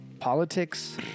Politics